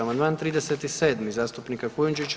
Amandman 37. zastupnika Kujundžića.